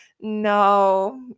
no